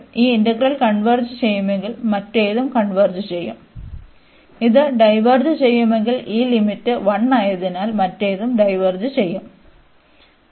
ഈ integral converge ചെയ്യുമെങ്കിൽ മറ്റേതും കൺവെർജ് ചെയ്യുo ഇത് ഡൈവേർജ് ചെയ്യുന്നുവെങ്കിൽ ഈ ലിമിറ്റ് 1 ആയതിനാൽ മറ്റേതും ഡൈവേർജ് ചെയ്യുo